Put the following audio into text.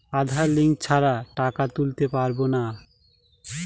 আধার link ছাড়া টাকা তুলতে পারব না?